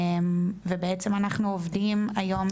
ובעצם אנחנו עובדים היום.